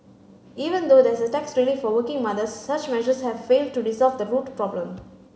even though there is a tax relief for working mothers such measures have failed to resolve the root problem